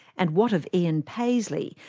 and what of ian paisley,